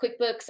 quickbooks